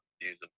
use